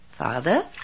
Father